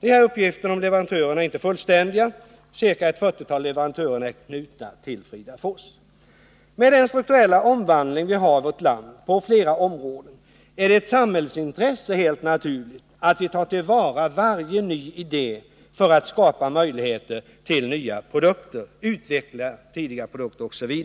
De här uppgifterna om leverantörer är inte fullständiga. Ca ett 40-tal leverantörer är knutna till Fridafors. Med den strukturella omvandling vi har i vårt land på flera områden är det helt naturligt ett samhällsintresse att vi tar till vara varje ny idé för att skapa möjligheter till nya produkter, utveckla tidigare produkter osv.